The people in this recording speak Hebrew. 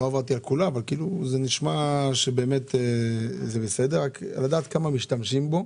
נשמע שבאמת הוא בסדר, רק לדעת כמה משתמשים בו.